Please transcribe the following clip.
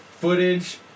Footage